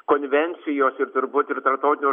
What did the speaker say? konvencijos ir turbūt ir tarptautinio